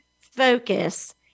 focus